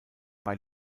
bei